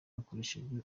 hakoreshejwe